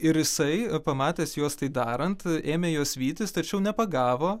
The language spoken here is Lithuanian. ir jisai pamatęs juos tai darant ėmė juos vytis tačiau nepagavo